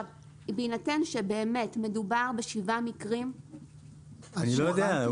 בהינתן שבאמת מדובר בשבעה מקרים --- אני לא יודע.